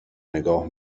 نگاه